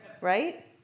Right